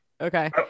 Okay